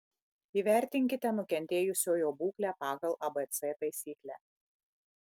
įvertinkite nukentėjusiojo būklę pagal abc taisyklę